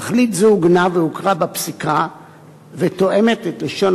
תכלית זו עוגנה והוכרה בפסיקה ותואמת את לשון